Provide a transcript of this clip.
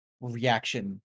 reaction